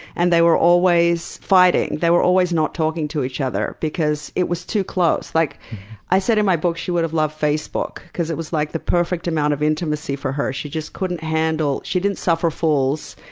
and they were always fighting. they were always not talking to each other, because it was too close. like i i said in my book, she would've loved facebook, because it was like the perfect amount of intimacy for her. she just couldn't handle she didn't suffer fools,